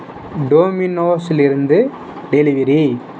டோமினோஸ்லிருந்து delivery